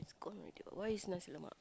it's gone already [what] why is nasi-lemak